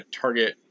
target